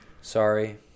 Sorry